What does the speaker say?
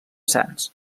sants